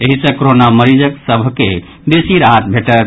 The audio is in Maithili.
एहि सँ कोरोना मरीजक सभ के बेसी राहत भेटत